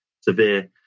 severe